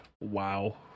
Wow